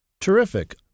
Terrific